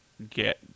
get